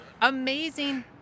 amazing